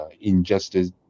injustice